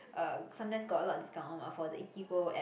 uh sometimes got a lot of discount one mah for the Eatigo app